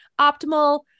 optimal